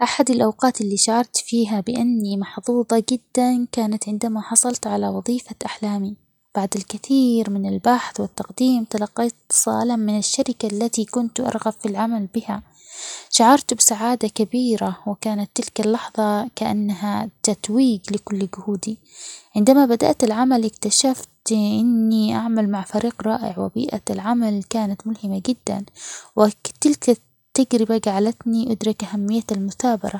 أحد الأوقات اللي شعرت فيها بأني محظوظة جداً كانت عندما حصلت على وظيفة أحلامي، بعد الكثير من البحث والتقديم تلقيت اتصالاً من الشركة التي كنت أرغب بالعمل بها شعرت بسعادة كبيرة وكانت تلك اللحظة كأنها تتويج لكل جهودي، عندما بدأت العمل اكتشفت أني أعمل مع فريق رائع وبيئة العمل كانت ملهمة جداً وتلك التجربة جعلتني أدرك أهمية المثابرة.